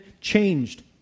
changed